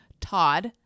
Todd